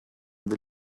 the